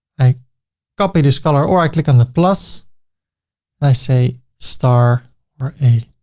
i copy this color or i click on the plus, and i say star or a